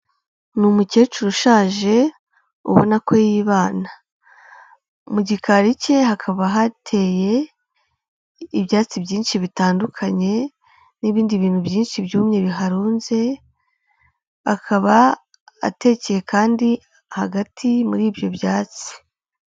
Ni umukecuru ushaje, ubona ko yibana, mu gikari cye hakaba hateye ibyatsi byinshi bitandukanye, n'ibindi bintu byinshi byumye biharunze, akaba atekeye kandi hagati muri ibyo byatsi.